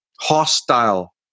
hostile